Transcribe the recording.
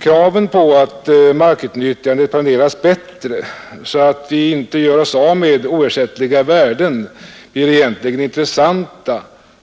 Kraven på att markutnyttjandet planeras bättre, så att vi inte gör oss av med oersättliga värden, blir egentligen intressanta